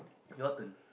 yours and